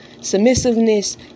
submissiveness